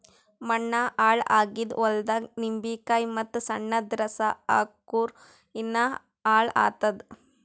ಮಣ್ಣ ಹಾಳ್ ಆಗಿದ್ ಹೊಲ್ದಾಗ್ ನಿಂಬಿಕಾಯಿ ಮತ್ತ್ ಸುಣ್ಣದ್ ರಸಾ ಹಾಕ್ಕುರ್ ಇನ್ನಾ ಹಾಳ್ ಆತ್ತದ್